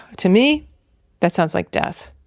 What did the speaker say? to me that sounds like death.